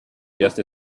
just